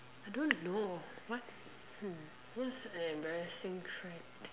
I don't know what hmm what's an embarrassing trend